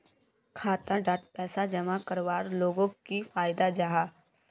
खाता डात पैसा जमा करवार लोगोक की फायदा जाहा?